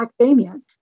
academia